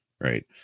Right